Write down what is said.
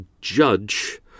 judge